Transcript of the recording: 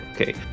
Okay